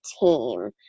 team